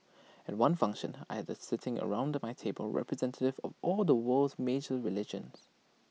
at one function I had sitting around my table representatives of all the world's major religions